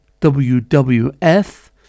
WWF